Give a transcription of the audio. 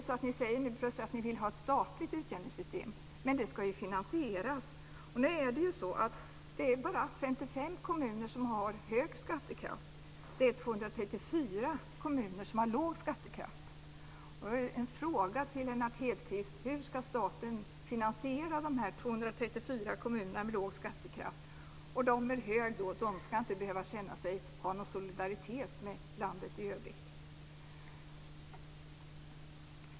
Nej, ni säger nu plötsligt att ni vill ha ett statligt utjämningssystem, men det ska ju finansieras. Nu är det bara 55 kommuner som har hög skattekraft. Det är 234 kommuner som har låg skattekraft. Då är en fråga till Lennart Hedquist: Hur ska staten finansiera de här 234 kommunerna med låg skattekraft? De med hög skattekraft ska alltså inte behöva känna någon solidaritet med landet i övrigt.